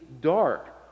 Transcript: dark